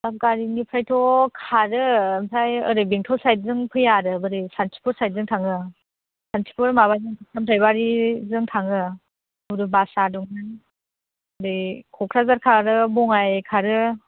दादगारिनिफ्रायथ' खारो ओमफ्राय ओरै बेंटल साइदजों फैया आरो ओरै सान्तिपुर साइदजों थाङो सान्तिपुर माबा सामथाइबारिजों थाङो ओरै क'क्राझार खारो बङाइ खारो